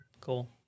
Cool